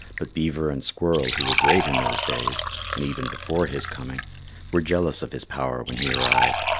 but beaver and squirrel who were great in those days and even before his coming were jealous of his power when he arrived,